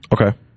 Okay